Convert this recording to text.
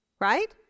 Right